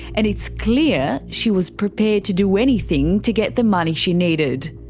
and it's clear she was prepared to do anything to get the money she needed.